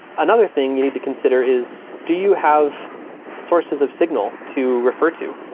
another thing you need to consider is do you have sources of signal to refer to?